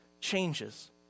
changes